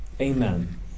Amen